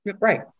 Right